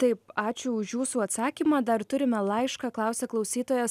taip ačiū už jūsų atsakymą dar turime laišką klausia klausytojas